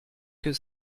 que